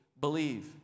believe